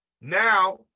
Now